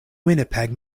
winnipeg